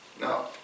No